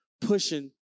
pushing